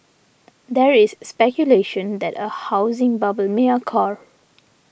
there is speculation that a housing bubble may occur